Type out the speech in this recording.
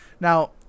Now